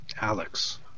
Alex